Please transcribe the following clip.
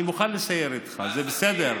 אני מוכן לסייר איתך, זה בסדר.